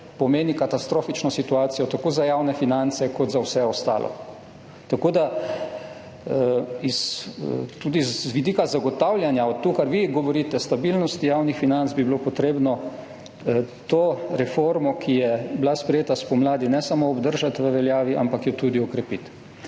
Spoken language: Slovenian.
pomeni katastrofično situacijo tako za javne finance kot za vse ostalo. Tako da bi bilo tudi z vidika zagotavljanja, to, kar vi govorite, stabilnosti javnih financ potrebno to reformo, ki je bila sprejeta spomladi, ne samo obdržati v veljavi, ampak jo tudi okrepiti.